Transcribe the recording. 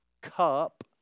cup